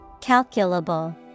Calculable